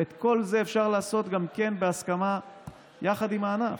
ואת כל זה אפשר לעשות בהסכמה עם הענף.